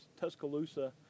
Tuscaloosa